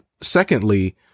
secondly